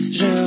je